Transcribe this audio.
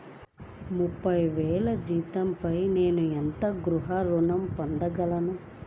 ముప్పై వేల జీతంపై నేను ఎంత గృహ ఋణం పొందగలను?